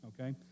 okay